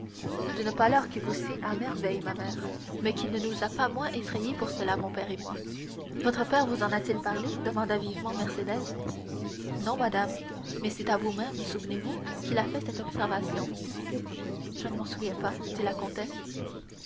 d'une pâleur qui vous sied à merveille ma mère mais qui ne nous a pas moins effrayés pour cela mon père et moi votre père vous en a-t-il parlé demanda vivement mercédès non madame mais c'est à vous-même souvenez-vous qu'il a fait cette observation je ne me souviens pas dit la comtesse